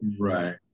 Right